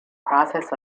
process